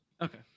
Okay